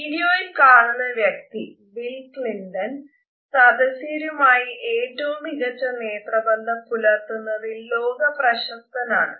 വിഡിയോയിൽ കാണുന്ന വ്യക്തി സദസ്യരുമായി ഏറ്റവും മികച്ച നേത്രബന്ധം പുലർത്തുന്നതിൽ ലോകപ്രശസ്തനാണ്